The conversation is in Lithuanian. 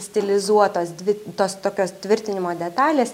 stilizuotos dvi tos tokios tvirtinimo detalės